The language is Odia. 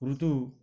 ଋତୁ